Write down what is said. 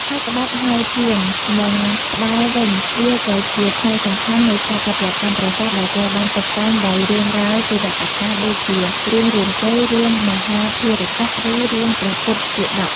ហើយក្បាច់ហោជាង និងផ្តែរវិញ វាក៏ជាផ្នែកសំខាន់នៃស្ថាបត្យកម្មប្រាសាទ ដែលត្រូវបានតុបតែងដោយរឿងរ៉ាវទេវកថាដូចជា រឿងរាមកេរ្តិ៍ រឿងមហាភារតៈ ឬរឿងព្រះពុទ្ធជាតក។